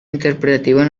interpretativa